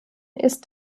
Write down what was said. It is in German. ist